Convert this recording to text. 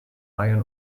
iron